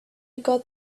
got